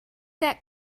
that